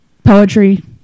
Poetry